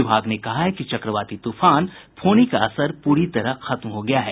विभाग ने कहा है कि चक्रवाती तूफान फोनी का असर पूरी तरह खत्म हो गया है